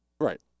Right